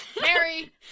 Mary